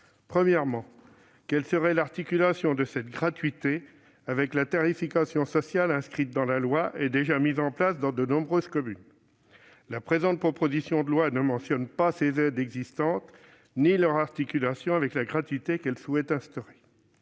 Premièrement, quelle serait l'articulation de cette gratuité avec la tarification sociale inscrite dans la loi et déjà mise en place dans de nombreuses communes ? La présente proposition de loi ne mentionne ni ces aides existantes ni leur articulation avec la gratuité qu'elle prévoit d'instaurer.